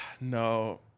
No